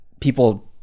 people